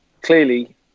clearly